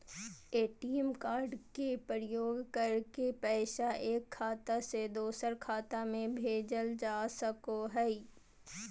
ATM card के प्रयोग करके पैसा एक खाता से दोसर खाता में भेजल जा सको हय